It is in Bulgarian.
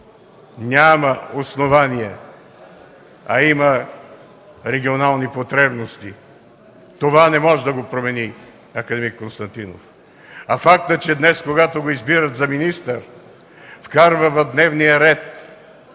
няма основания, а има регионални потребности. Това не може да го промени акад. Воденичаров. А фактът, че днес, когато го избират за министър, вкарват в дневния ред